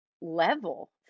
level